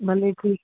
भले ठीकु